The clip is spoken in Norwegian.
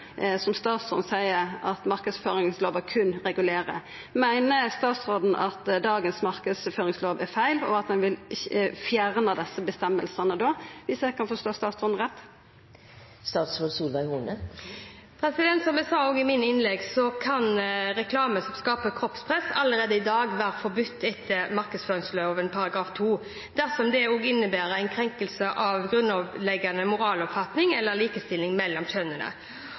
som statsråden seier at marknadsføringslova berre regulerer. Meiner statsråden at dagens marknadsføringslov er feil, og at ein da vil fjerna desse reglane, viss eg kan forstå statsråden rett? Som jeg også sa i innlegget mitt, kan reklame som skaper kroppspress, allerede i dag være forbudt etter markedsføringsloven § 2, dersom det også innebærer en krenkelse av grunnleggende moraloppfatning eller likestilling mellom kjønnene.